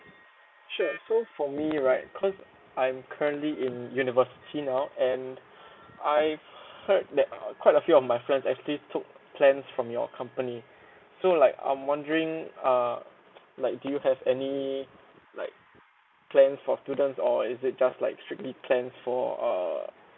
sure so for me right cause I'm currently in university now and I heard that uh quite a few of my friends actually took plans from your company so like I'm wondering uh like do you have any like plans for students or is it just like strictly plans for err